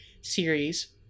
series